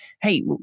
hey